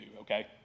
okay